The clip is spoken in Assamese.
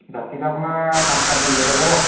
জাতিলাও আপোনাৰ পাঁচটা দিলে হৈ যাব